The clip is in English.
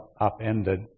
upended